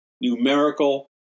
numerical